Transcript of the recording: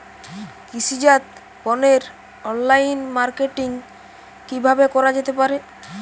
কৃষিজাত পণ্যের online marketing কিভাবে করা যেতে পারে?